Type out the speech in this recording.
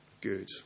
Good